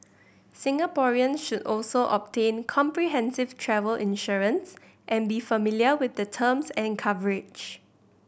Singaporeans should also obtain comprehensive travel insurance and be familiar with the terms and coverage